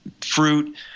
fruit